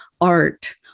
art